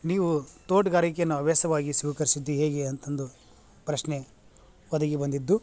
ನೀವು ತೋಟಗಾರಿಕೆಯನ್ನ ಹವ್ಯಾಸವಾಗಿ ಸ್ವೀಕರಿಸಿದ್ದು ಹೇಗೆ ಅಂತಂದು ಪ್ರಶ್ನೆ ಒದಗಿ ಬಂದಿದ್ದು